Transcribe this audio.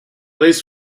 least